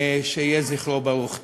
שיהיה זכרו ברוך.